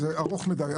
זה ארוך מדיי.